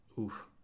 Oof